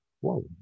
Whoa